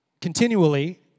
Continually